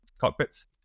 cockpits